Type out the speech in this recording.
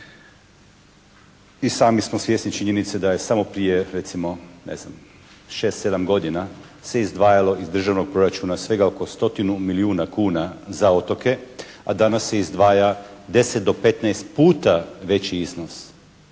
I sami smo svjesni činjenice da je samo prije recimo ne znam 6, 7 godina se izdvajalo iz državnog proračuna svega oko stotinu milijuna kuna za otoke, a danas se izdvaja 10 do 15 puta veći iznos